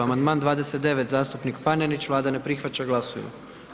Amandman 29, zastupnik Panenić, Vlada ne prihvaća, glasujmo.